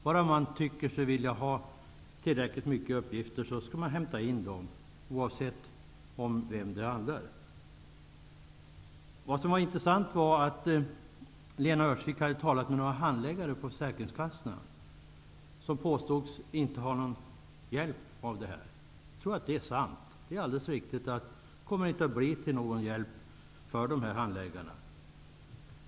Hon menar att man skall hämta in uppgifterna, bara man tycker sig vilja ha dem -- oavsett vem de handlar om. Det var intressant att höra att Lena Öhrsvik hade talat med några handläggare på försäkringskassorna som påstod att de inte skulle få någon hjälp av registren. Jag tror att det är sant. Det är alldeles riktigt att de inte kommer att bli till någon hjälp för handläggarna.